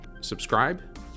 subscribe